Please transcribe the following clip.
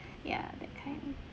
ya that kind